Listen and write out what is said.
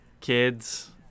kids